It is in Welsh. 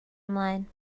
ymlaen